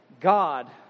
God